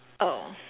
oh